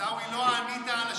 עיסאווי, לא ענית על השאלה.